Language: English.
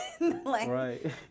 Right